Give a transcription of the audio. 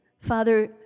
Father